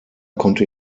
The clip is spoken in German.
konnte